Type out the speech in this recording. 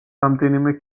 რამდენიმე